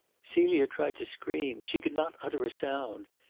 celia tried to scream she could not utter a sound.